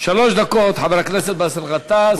שלוש דקות, חבר הכנסת באסל גטאס.